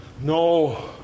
no